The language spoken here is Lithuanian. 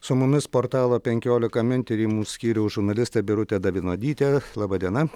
su mumis portalo penkiolika min tyrimų skyriaus žurnalistė birutė davidonytė laba diena